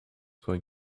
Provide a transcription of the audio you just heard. going